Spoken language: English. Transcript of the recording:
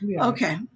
Okay